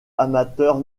amateurs